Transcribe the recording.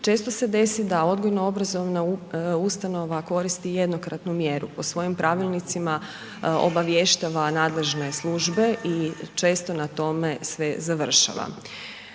često se desi da odgojno-obrazovna ustanova koristi jednokratnu mjeru po svojim pravilnicima obavještava nadležne službe i često na tome sve završava.